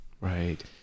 Right